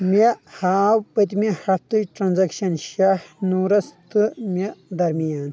مےٚ ہاو پٔتمہِ ہفتٕچ ٹرانزیکشن شاہ نوٗرس تہٕ مےٚ درمیان